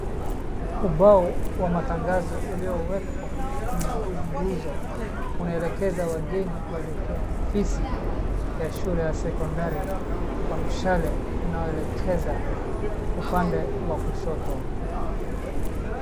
Ubao wa matangazo uliowekwa kwenye uunguzo unaelekeza wageni kuelekea ofisi ya shule ya sekondari kwa mshale inayoelekeza upande wa kushoto.